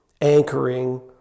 anchoring